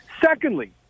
Secondly